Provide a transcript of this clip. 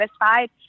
satisfied